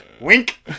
Wink